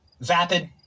vapid